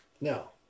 Now